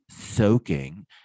soaking